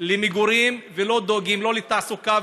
למגורים ולא דואגים לא לתעסוקה,